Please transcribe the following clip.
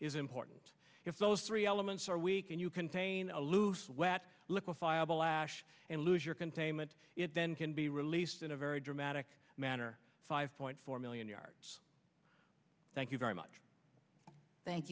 is important if those three elements are weak and you contain a loose wet liquefy of a lash and lose your containment it then can be released in a very dramatic manner five point four million yards thank you very much thank